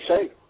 safe